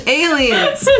aliens